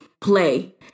play